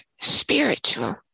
spiritual